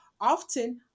Often